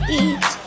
eat